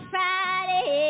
Friday